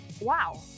Wow